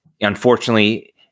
unfortunately